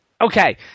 Okay